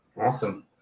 Awesome